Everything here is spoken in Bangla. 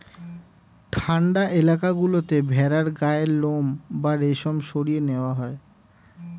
ঠান্ডা এলাকা গুলোতে ভেড়ার গায়ের লোম বা রেশম সরিয়ে নেওয়া হয়